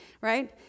right